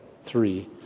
three